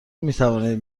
میتوانید